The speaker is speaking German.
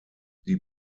die